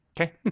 Okay